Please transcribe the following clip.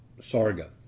Sarga